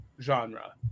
genre